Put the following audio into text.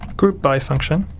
group by function